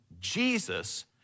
Jesus